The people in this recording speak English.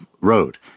road